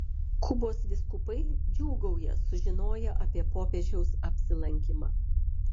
kubos vyskupai džiūgauja sužinoję apie popiežiaus apsilankymą